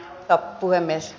arvoisa puhemies